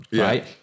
right